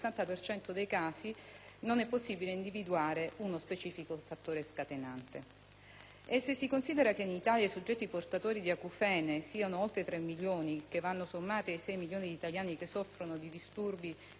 non è possibile individuare uno specifico fattore scatenante. Se si considera che in Italia i soggetti portatori di acufene siano oltre 3 milioni e che vanno sommati ai 6 milioni di italiani che soffrono di disturbi uditivi di vario tipo